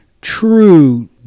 true